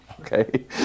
okay